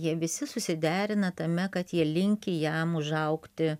jie visi susiderina tame kad jie linki jam užaugti